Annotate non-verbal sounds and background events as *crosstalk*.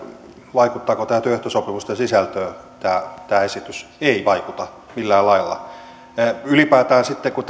vaikuttaako tämä esitys työehtosopimusten sisältöön ei vaikuta millään lailla ylipäätään sitten kun *unintelligible*